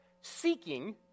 Seeking